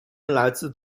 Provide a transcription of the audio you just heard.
来自